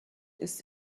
ist